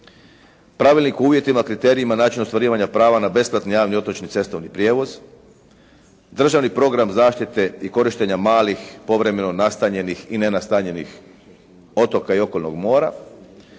Pravilnik o uvjetima, kriterijima i načinu ostvarivanja prava na besplatni javni otočni cestovni prijevoz. Državni program zaštite i korištenja malih povremeno nastanjenih i nenastanjenih otoka i okolnog mora.